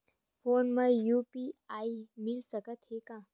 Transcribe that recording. Phone मा UPI मिल सकत हे का?